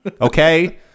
Okay